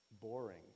Boring